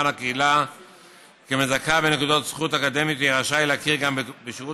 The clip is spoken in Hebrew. הקהילה כמזכה בנקודות זכות אקדמיות יהיה רשאי להכיר גם בשירות